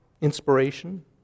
inspiration